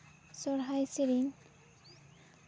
ᱥᱚᱨᱦᱟᱭ ᱥᱮᱨᱮᱧ